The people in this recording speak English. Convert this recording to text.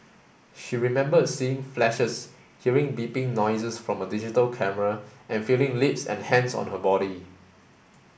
she remembered seeing flashes hearing beeping noises from a digital camera and feeling lips and hands on her body